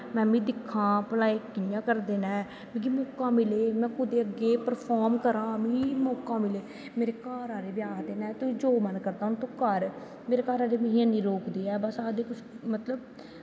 में बी दिक्खां भला एह् कियां करदे नै मिगी मौका मिले में अग्गैं कुतै पर्फार्म मिगी मौका मिलै मेरे घर आह्ले बा आखदे नै जो मन करदा हून तूं कर मेरे घर आह्ले मिगा नी रोकदे हैन बल कुश